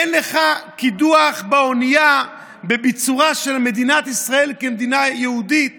אין לך קידוח באונייה בביצורה של מדינת ישראל כמדינה יהודית